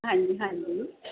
ਹਾਂਜੀ ਹਾਂਜੀ